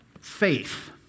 faith